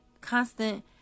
constant